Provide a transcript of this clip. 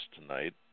tonight